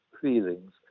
feelings